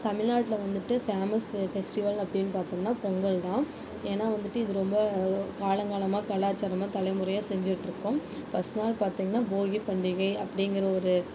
தமிழ்நாட்டில் வந்துவிட்டு famous festival அப்படின்னு பார்த்திங்கன்னா பொங்கல் தான் ஏன்னா வந்துவிட்டு இது ரொம்ப காலங்காலமாக கலாச்சாரமாக தலைமுறையாக செஞ்சிட்டுருக்கோம் ஃபர்ஸ்ட் நாள் பார்த்திங்கன்னா போகி பண்டிகை அப்படிங்கிற ஒரு